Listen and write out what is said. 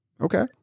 Okay